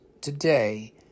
today